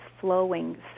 flowing